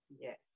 yes